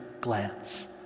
glance